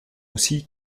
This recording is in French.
aussi